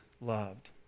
loved